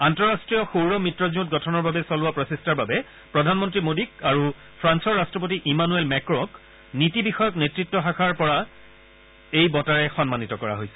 আন্তঃৰাষ্ট্ৰীয় সৌৰ মিত্ৰজোঁট গঠনৰ বাবে চলোৱা প্ৰচেষ্টাৰ বাবে প্ৰধানমন্ত্ৰী মোদীক আৰু ফ্ৰান্সৰ ৰাট্টপতি ইমানুৱেল মেক্ৰ'ক নীতি বিষয়ক নেত়ত্ব শাখাৰ বাবে এই বঁটাৰে সন্মানীত কৰা হৈছে